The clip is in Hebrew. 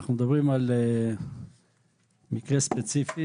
אנחנו מדברים על מקרה ספציפי,